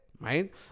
right